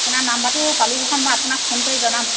আপোনাৰ নাম্বাৰটো পালোঁ মই আপোনাক ফোন কৰি জনাম